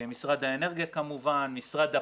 משרד האנרגיה כמובן, משרד הפנים,